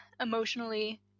emotionally